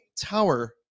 tower